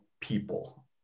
people